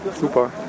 Super